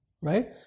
right